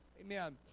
Amen